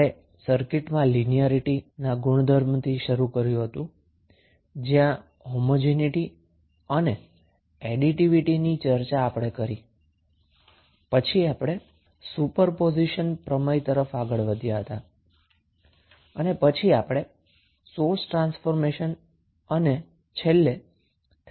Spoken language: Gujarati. આપણે સર્કિટ માં લિનીયારીટી ના ગુણધર્મથી શરૂ કર્યુ હતું જ્યાં આપણે હોમોજીનીટી અને એડીટીવીટી ની ચર્ચા કરી હતી પછી આપણે સુપરપોઝિશન થીયરમ તરફ આગળ વધ્યા હતા અને પછી આપણે સોર્સ ટ્રાન્સફોર્મેશન અને ડ્યુઆલીટી જેવા અન્ય વિચારોની ચર્ચા કરી હતી